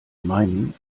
meinen